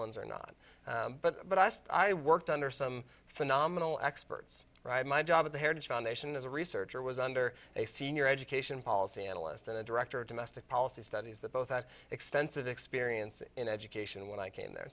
ones are not but but i asked i worked under some phenomenal experts in my job at the heritage foundation as a researcher was under a senior education policy analyst and a director of domestic policy studies that both have extensive experience in education when i came there